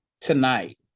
tonight